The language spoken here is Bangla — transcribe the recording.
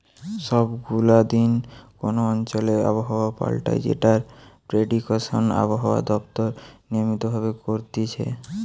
সব গুলা দিন কোন অঞ্চলে আবহাওয়া পাল্টায় যেটার প্রেডিকশন আবহাওয়া দপ্তর নিয়মিত ভাবে করতিছে